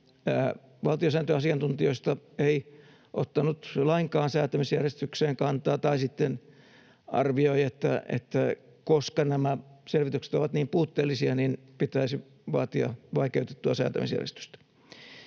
valtiosääntöasiantuntijoista ei ottanut lainkaan säätämisjärjestykseen kantaa tai sitten arvioi, että koska nämä selvitykset ovat niin puutteellisia, niin pitäisi vaatia vaikeutettua säätämisjärjestystä.